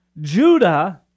Judah